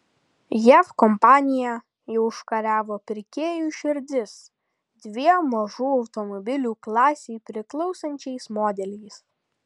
jav kompanija jau užkariavo pirkėjų širdis dviem mažų automobilių klasei priklausančiais modeliais